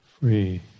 free